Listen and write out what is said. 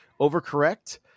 overcorrect